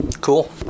Cool